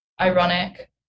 ironic